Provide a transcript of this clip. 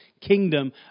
kingdom